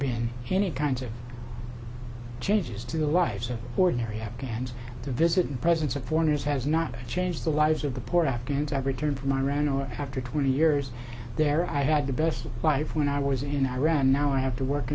been any kinds of changes to the lives of ordinary afghans to visit presence of foreigners has not changed the lives of the poor afghans have returned from iran or after twenty years there i had the best life when i was in iran now i have to work